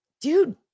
Dude